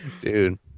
Dude